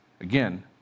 Again